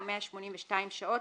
או 182 שעות,